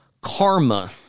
karma